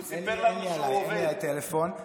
אז אני מודיע שזה גזענות.